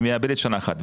היא מאבדת שנה אחת.